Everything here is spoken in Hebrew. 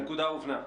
הנקודה הובנה.